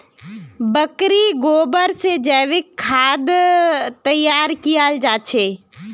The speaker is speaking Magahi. बकरीर गोबर से जैविक खाद तैयार कियाल जा छे